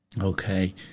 Okay